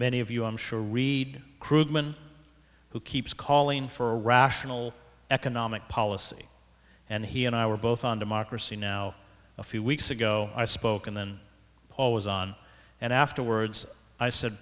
many of you i'm sure read krugman who keeps calling for a rational economic policy and he and i were both on democracy now a few weeks ago i spoke and then paul was on and afterwards i said